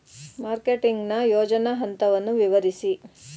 Marketing ನ ಯೋಜನಾ ಹಂತವನ್ನು ವಿವರಿಸಿ?